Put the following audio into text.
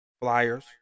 flyers